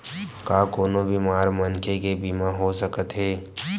का कोनो बीमार मनखे के बीमा हो सकत हे?